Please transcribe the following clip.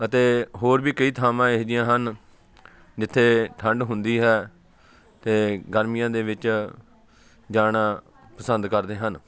ਅਤੇ ਹੋਰ ਵੀ ਕਈ ਥਾਵਾਂ ਇਹੋ ਜਿਹੀਆਂ ਹਨ ਜਿੱਥੇ ਠੰਡ ਹੁੰਦੀ ਹੈ ਅਤੇ ਗਰਮੀਆਂ ਦੇ ਵਿੱਚ ਜਾਣਾ ਪਸੰਦ ਕਰਦੇ ਹਨ